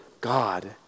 God